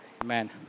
Amen